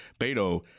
beto